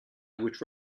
which